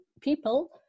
people